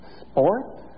sports